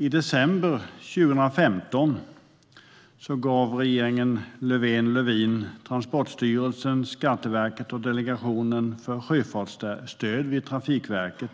I december 2015 gav regeringen Löfven-Lövin Transportstyrelsen, Skatteverket och Delegationen för sjöfartsstöd vid Trafikverket